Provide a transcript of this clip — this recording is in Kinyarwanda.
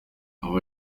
ubu